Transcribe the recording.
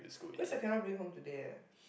cause I cannot bring home today eh